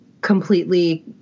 completely